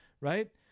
right